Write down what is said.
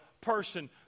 person